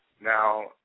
Now